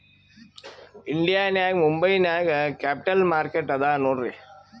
India ನಾಗ್ ಮುಂಬೈ ನಾಗ್ capital market ಅದಾ ನೋಡ್ರಿ